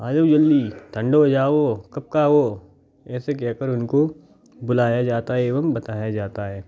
आ जाऊ जल्दी ठंडों हो जाओ कब खाओ ऐसे कह कर उनको बुलाया जाता है एवं बताया जाता है